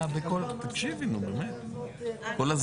(הישיבה נפסקה בשעה 23:39 ונתחדשה